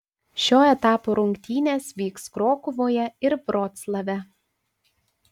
šio etapo rungtynės vyks krokuvoje ir vroclave